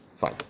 Fine